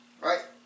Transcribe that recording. right